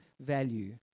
value